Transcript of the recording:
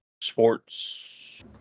sports